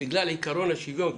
בגלל עיקרון השוויון,